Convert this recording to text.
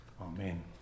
Amen